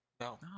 No